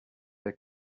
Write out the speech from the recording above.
they